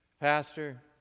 Pastor